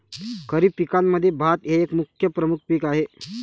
खरीप पिकांमध्ये भात हे एक प्रमुख पीक आहे